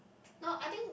no I think